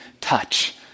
touch